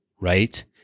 right